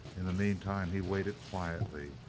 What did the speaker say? in the meantime he waited quietly,